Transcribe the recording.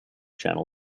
channel